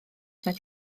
nad